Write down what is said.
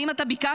האם אתה ביקשת,